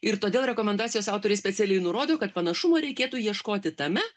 ir todėl rekomendacijos autoriai specialiai nurodo kad panašumo reikėtų ieškoti tame